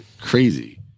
crazy